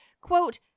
quote